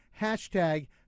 hashtag